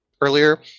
earlier